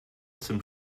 zum